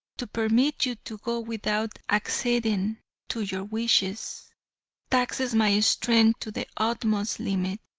to permit you to go without acceding to your wishes taxes my strength to the utmost limit,